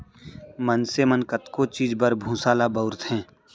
मनसे मन कतको चीज बर भूसा ल बउरथे